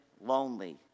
lonely